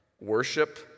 Worship